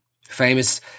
famous